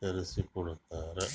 ತರಸಿಕೋಡತಾರ?